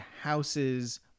house's